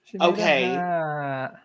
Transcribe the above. Okay